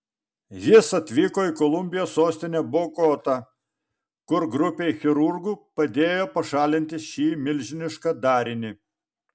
jis atvyko į kolumbijos sostinę bogotą kur grupei chirurgų padėjo pašalinti šį milžinišką darinį